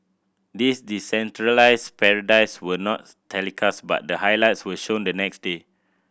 these decentralised parades were not telecast but the highlights were shown the next day